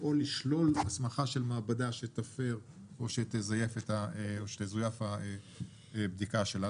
לפעול לשלול הסמכה של מעבדה שתפר או שתזויף הבדיקה שלה.